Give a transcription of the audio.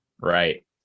Right